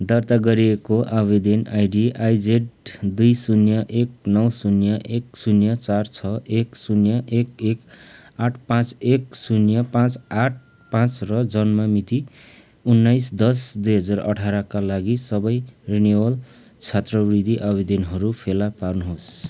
दर्ता गरिएको आवेदन आईडी आई जेड दुई शून्य एक नौ शून्य एक शून्य चार छ एक शून्य एक एक आठ पाँच एक शून्य पाँच आठ पाँच र जन्म मिति उन्नाइस दश दुई हजार अठाह्रका लागि सबै रिनिवल छात्रवृत्ति आवेदनहरू फेला पार्नुहोस्